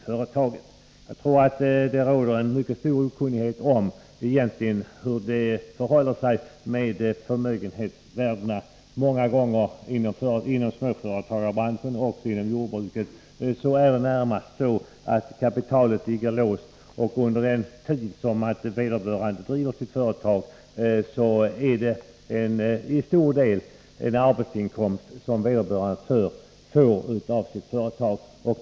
Jag tror att det råder mycket stor okunnighet om hur det egentligen förhåller sig med förmögenhetsvärdena. Bland småföretagarna liksom också bland jordbrukarna är det närmast så, att kapitalet ligger låst, och under den tid då vederbörande driver sitt företag rör det sig till stor del om en arbetsinkomst som vederbörande får från sitt företag.